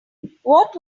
what